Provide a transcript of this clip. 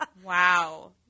Wow